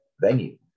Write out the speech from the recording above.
venue